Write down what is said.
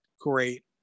great